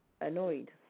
annoyed